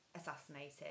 assassinated